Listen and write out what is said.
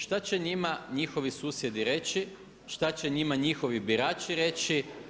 Šta će njima njihovi susjedi reći, šta će njima njihovi birači reći?